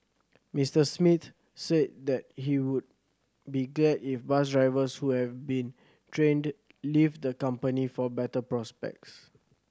Mister Smith said that he would be glad if bus drivers who have been trained leave the company for better prospects